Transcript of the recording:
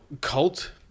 cult